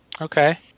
Okay